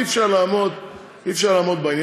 אי-אפשר לעמוד בזה.